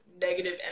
negative